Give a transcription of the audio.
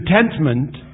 contentment